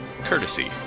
courtesy